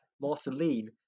marceline